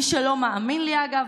מי שלא מאמין לי, אגב,